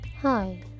Hi